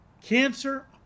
cancer